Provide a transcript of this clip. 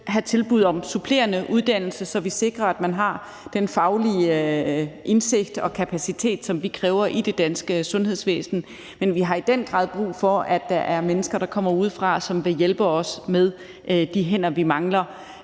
have tilbud om supplerende uddannelse, så vi sikrer, at man har den faglige indsigt og kapacitet, som vi kræver i det danske sundhedsvæsen. Men vi har i den grad brug for, at der er mennesker, der kommer udefra, og som vil hjælpe os med de hænder, vi mangler.